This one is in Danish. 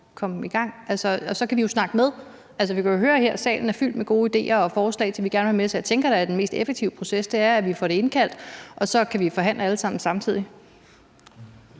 og så kan vi jo snakke med? Vi kan jo høre her, at salen er fyldt med gode idéer og forslag, vi gerne vil være med til, så jeg tænker da, at den mest effektive proces er, at vi får indkaldt til det, og så kan vi alle sammen forhandle samtidig.